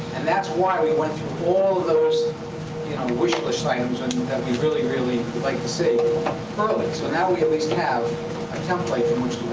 and that's why we went through all of those wish list items that we'd really, really like to see early, so now we at least have a template from which